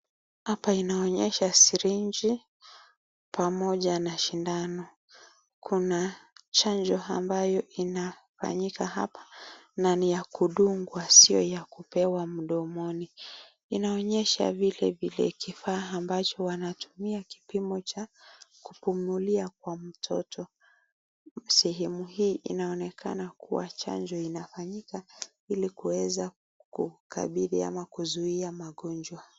Hapa inaonyesha sirinji pamoja na sindano. Kuna chanjo ambayo inafanyika hapa na ni ya kudungwa sio ya kupewa mdomoni inaonyesha vile vile kile kifaa ambacho wanatumia kipimo cha kupumulia kwa mtoto sehemu hii inaonekana kuwa chanjo inafanyika ilikuweza kukabidhii ama kuzuia magonjwa.